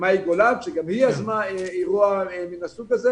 מאי גולן שגם היא יזמה אירוע מן הסוג הזה